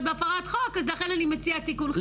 בהפרת חוק אז לכן אני מציע תיקון חקיקה.